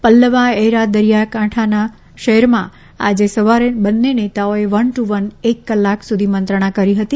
Pallava era દરિયાઇ કાંઠાના શહેરમાં આજે સવારે બંને નેતાઓએ વન ટુ વન એક કલાક સુધી મંત્રણા કરી હતી